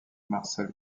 marcel